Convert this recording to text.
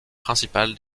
principal